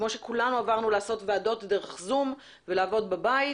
כמו שכולנו עברנו לעשות ועדות דרך זום ולעבוד בבית,